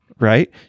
right